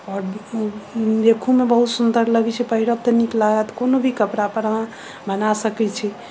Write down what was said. आओर देखू देखहोमे बहुत सुन्दर लगैत छै पहिरब तऽ नीक लागत कोनो भी कपड़ा पर अहाँ बना सकैत छी